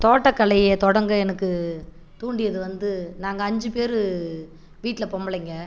தோட்டக்கலையை தொடங்க எனக்கு தூண்டியது வந்து நாங்கள் அஞ்சு பேர் வீட்டில் பொம்பளைங்க